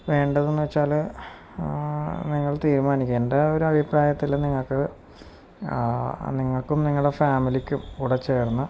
വേണ്ടതെതെന്നുവച്ചാല് നിങ്ങൾ തീരുമാനിക്കുക എൻ്റെ ഒരഭിപ്രായത്തില് നിങ്ങക്ക് നിങ്ങൾക്കും നിങ്ങളുടെ ഫാമിലിക്കും കൂടെ ചേർന്ന്